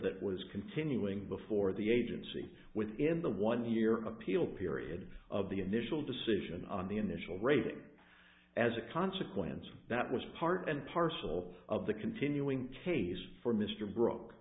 that was continuing before the agency within the one year an appeal period of the initial decision on the initial rating as a consequence of that was part and parcel of the continuing case for mr bro